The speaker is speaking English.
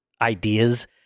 ideas